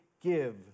give